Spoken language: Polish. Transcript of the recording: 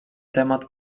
temat